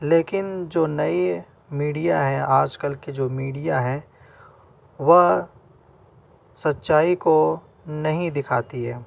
لیکن جو نئی میڈیا ہے آج کل کی جو میڈیا ہے وہ سچائی کو نہیں دکھاتی ہے